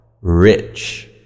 Rich